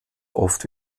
oft